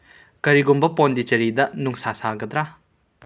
ꯀꯔꯤꯒꯨꯝꯕ ꯄꯣꯟꯗꯤꯆꯦꯔꯤꯗ ꯅꯨꯡꯁꯥ ꯁꯥꯒꯗ꯭ꯔꯥ